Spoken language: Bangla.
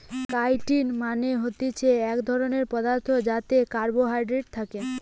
কাইটিন মানে হতিছে এক ধরণের পদার্থ যাতে কার্বোহাইড্রেট থাকে